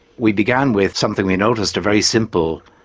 we began with something we noticed, a very simple,